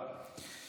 תודה רבה.